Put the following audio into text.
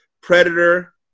Predator